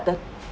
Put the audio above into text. the